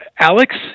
Alex